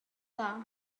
dda